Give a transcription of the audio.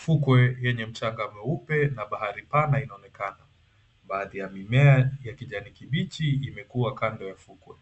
Fukwe yenye mchange mweupe na bahari pana inaonekana. Baadhi ya mimea ya kijani kibichi imekua kando ya fukwe.